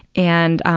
and,